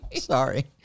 Sorry